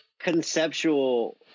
conceptual